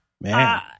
man